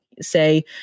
say